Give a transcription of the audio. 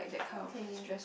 okay